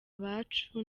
abacu